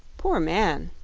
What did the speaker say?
poor man,